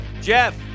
Jeff